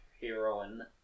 heroine